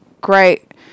great